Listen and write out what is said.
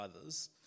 others